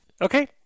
Okay